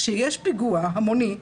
כשיש פיגוע המוני,